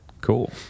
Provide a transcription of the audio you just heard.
cool